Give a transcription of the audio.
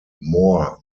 more